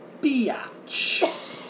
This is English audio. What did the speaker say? Bitch